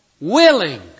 willing